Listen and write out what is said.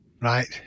right